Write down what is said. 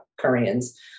Koreans